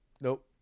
Nope